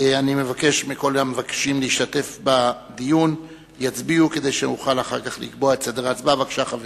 הצעת חוק שירות הקבע בצבא-הגנה לישראל (ערר,